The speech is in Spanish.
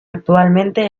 actualmente